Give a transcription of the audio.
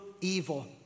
evil